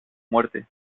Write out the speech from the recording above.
muerte